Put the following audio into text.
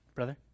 Brother